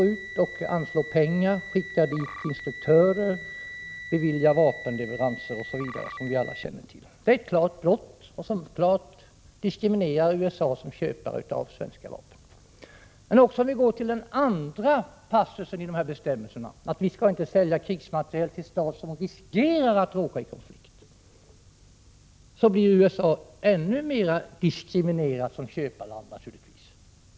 1986/87:29 skickar över instruktörer, beviljar vapenleveranser osv., vilket alla känner 19 november 1986 till. Det är ett klart brott som klart diskvalificerar USA som köpare av Truman leee svenska vapen. Om man går till den andra delen i bestämmelserna, att vi inte skall sälja krigsmateriel till stat som riskerar att råka i krig, blir USA naturligtvis ännu mer diskvalificerat som köparland.